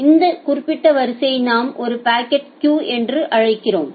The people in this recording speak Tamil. எனவே இந்த குறிப்பிட்ட வரிசையை நாம் ஒரு பாக்கெட் கியு என்று அழைக்கிறோம்